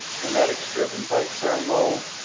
kinetics driven by thermo,